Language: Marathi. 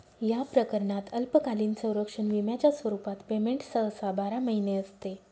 या प्रकरणात अल्पकालीन संरक्षण विम्याच्या स्वरूपात पेमेंट सहसा बारा महिने असते